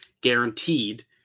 guaranteed